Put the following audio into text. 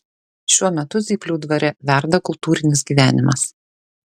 šiuo metu zyplių dvare verda kultūrinis gyvenimas